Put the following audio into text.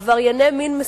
עברייני מין מסוכנים,